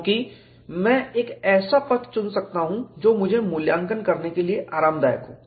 क्योंकि मैं एक ऐसा पथ चुन सकता हूं जो मुझे मूल्यांकन करने के लिए आरामदायक हो